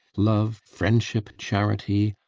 love, friendship, charity,